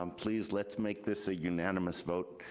um please let's make this a unanimous vote.